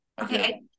Okay